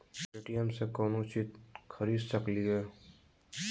Paytm से कौनो चीज खरीद सकी लिय?